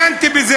עיינתי בזה,